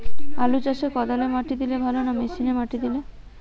আলু চাষে কদালে মাটি দিলে ভালো না মেশিনে মাটি দিলে?